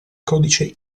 codice